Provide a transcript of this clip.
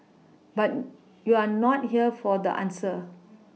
but you're not here for the answer